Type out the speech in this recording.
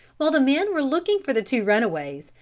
while the men were looking for the two runaways,